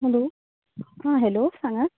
hello आं hello सांगात